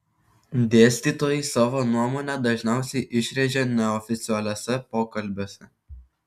dėstytojai savo nuomonę dažniausiai išrėžia neoficialiuose pokalbiuose